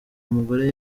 umugore